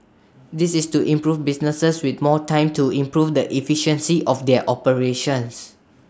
this is to improve businesses with more time to improve the efficiency of their operations